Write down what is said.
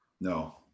No